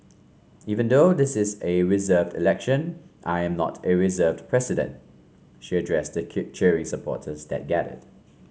even though this is a reserved election I am not a reserved president she addressed the cheering supporters that gathered